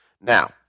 Now